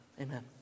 Amen